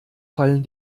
fallen